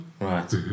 Right